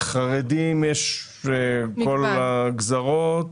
חרדים, יש מכל הגזרות.